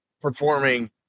performing